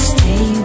Stay